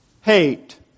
hate